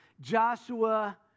Joshua